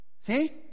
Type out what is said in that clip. See